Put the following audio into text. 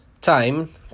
time